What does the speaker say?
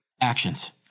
Actions